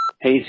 Hey